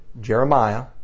Jeremiah